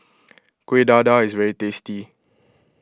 Kueh Dadar is very tasty